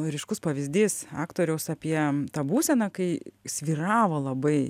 ryškus pavyzdys aktoriaus apie tą būseną kai svyravo labai